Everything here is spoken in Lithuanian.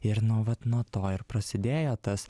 ir nuo vat nuo to ir prasidėjo tas